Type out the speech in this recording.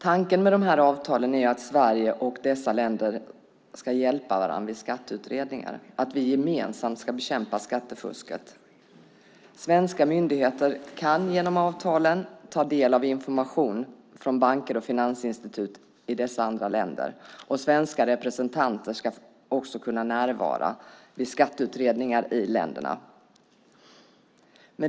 Tanken med dessa avtal är att Sverige och dessa länder ska hjälpa varandra vid skatteutredningar, att vi gemensamt ska bekämpa skattefusket. Svenska myndigheter kan genom avtalen ta del av information från banker och finansinstitut i dessa andra länder, och svenska representanter ska också kunna närvara vid skatteutredningar i länderna.